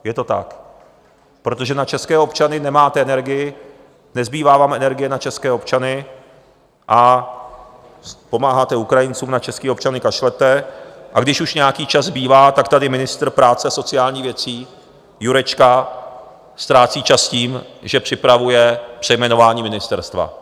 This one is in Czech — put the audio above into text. Je to tak, protože na české občany nemáte energii, nezbývá vám energie na české občany a pomáháte Ukrajincům, na české občany kašlete, a když už nějaký čas zbývá, tak tady ministr práce a sociálních věcí Jurečka ztrácí čas tím, že připravuje přejmenování ministerstva.